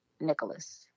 Nicholas